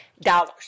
Dollars